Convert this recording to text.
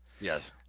Yes